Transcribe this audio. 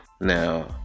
now